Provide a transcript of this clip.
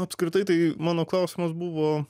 apskritai tai mano klausimas buvo